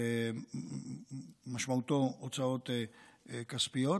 משמעותן הוצאות כספיות.